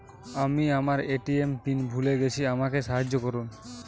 আমি আমার ATM pin ভুলে গেছি আমাকে সাহায্য করুন